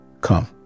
come